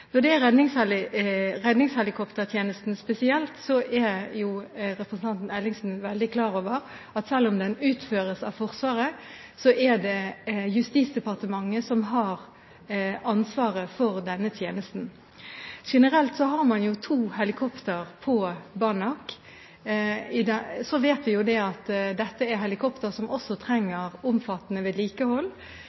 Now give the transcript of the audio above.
Når det gjelder redningshelikoptertjenesten spesielt, er representanten Ellingsen veldig klar over at selv om den utføres av Forsvaret, er det Justisdepartementet som har ansvaret for denne tjenesten. Generelt har man to helikoptre på Banak. Vi vet at dette er helikoptre som også trenger omfattende vedlikehold,